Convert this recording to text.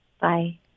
Bye